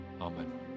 Amen